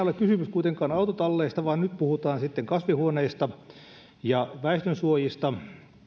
ole kysymys autotalleista vaan nyt puhutaan kasvihuoneista ja väestönsuojista